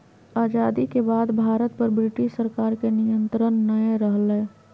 आजादी के बाद से भारत पर ब्रिटिश सरकार के नियत्रंण नय रहलय